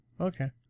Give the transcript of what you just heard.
Okay